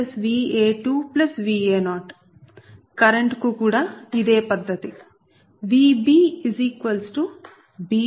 VaVa1Va2Va0 current కు కూడా ఇదే పద్ధతి